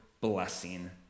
blessing